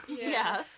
Yes